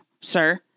sir